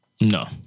No